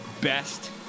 best